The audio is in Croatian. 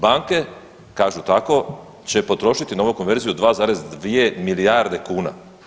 Banke kažu tako će potrošiti na ovu konverziju 2,2 milijarde kuna.